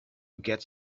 get